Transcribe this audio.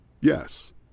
Yes